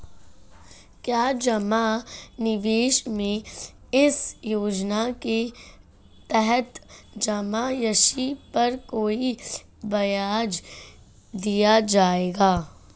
क्या जमा निवेश में इस योजना के तहत जमा राशि पर कोई ब्याज दिया जाएगा?